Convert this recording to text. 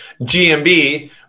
GMB